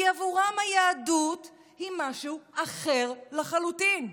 כי עבורם היהדות היא משהו אחר לחלוטין,